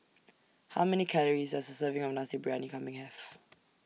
How Many Calories Does A Serving of Nasi Briyani Kambing Have